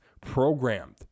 programmed